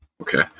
Okay